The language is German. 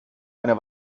eine